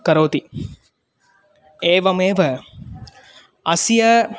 करोति एवमेव अस्य